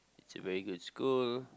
it's a very good school